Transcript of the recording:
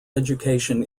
education